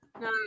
No